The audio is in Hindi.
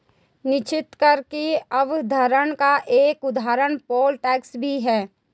निश्चित कर की अवधारणा का एक उदाहरण पोल टैक्स भी है